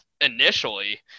initially